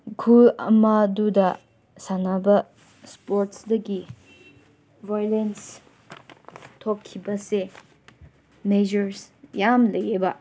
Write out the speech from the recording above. ꯈꯨꯜ ꯑꯃꯗꯨꯗ ꯁꯥꯟꯅꯕ ꯏꯁꯄꯣꯔꯠꯁꯇꯒꯤ ꯚꯥꯌꯣꯂꯦꯟꯁ ꯊꯣꯛꯈꯤꯕꯁꯦ ꯃꯦꯖꯔꯁ ꯌꯥꯝ ꯂꯩꯌꯦꯕ